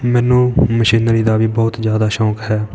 ਮੈਨੂੰ ਮਸ਼ੀਨਰੀ ਦਾ ਵੀ ਬਹੁਤ ਜ਼ਿਆਦਾ ਸ਼ੌਂਕ ਹੈ